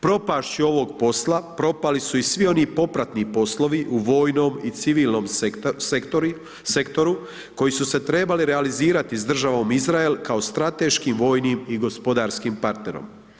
Propašću ovog posla, propali su i svi oni popratni poslovi u vojnom i civilnom sektoru koji su se trebali realizirati sa državom Izrael, kao strateškim vojnim i gospodarskim partnerom.